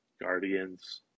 Guardians